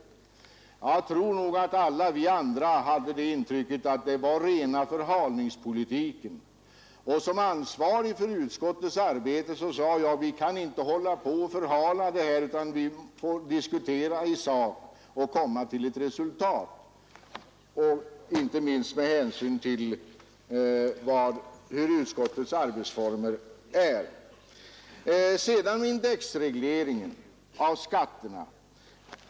Men jag tror att alla vi andra hade det intrycket att det var rena förhalningspolitiken, och som ansvarig för utskottets arbete sade jag: Vi kan inte hålla på och förhala detta utan vi får diskutera i sak och komma till ett resultat, inte minst med hänsyn till utskottets arbetsformer. Så några ord om indexregleringen av skatterna!